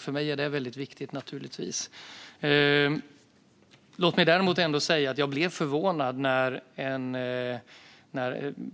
För mig är detta väldigt viktigt. Låt mig däremot säga att jag blev förvånad när